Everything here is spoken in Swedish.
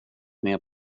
med